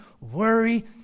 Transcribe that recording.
Worry